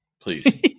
please